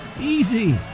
Easy